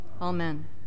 Amen